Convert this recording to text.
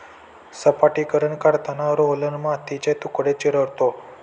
सपाटीकरण करताना रोलर मातीचे तुकडे चिरडतो